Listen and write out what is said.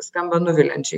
skamba nuviliančiai